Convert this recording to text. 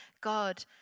God